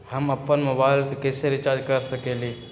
हम अपन मोबाइल कैसे रिचार्ज कर सकेली?